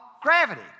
gravity